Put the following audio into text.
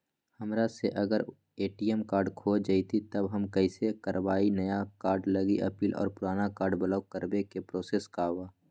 हमरा से अगर ए.टी.एम कार्ड खो जतई तब हम कईसे करवाई नया कार्ड लागी अपील और पुराना कार्ड ब्लॉक करावे के प्रोसेस का बा?